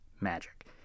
magic